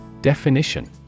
Definition